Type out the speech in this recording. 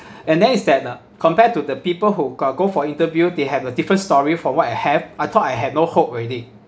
and then is that uh compared to the people who got go for interview they have a different story from what I have I thought I had no hope already